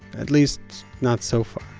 at least not so far,